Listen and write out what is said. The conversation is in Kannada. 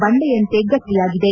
ಬಂಡೆಯಂತೆ ಗಟ್ಟಿಯಾಗಿದೆ